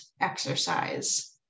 exercise